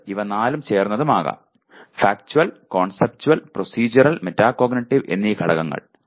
അത് ഇവ നാലും ചേർന്നതും ആകാം ഫാക്ച്വൽ കോൺസെപ്റ്റുവൽ പ്രോസെഡ്യൂറൽ മെറ്റാകോഗ്നിറ്റീവ് എന്നി ഘടകങ്ങൾ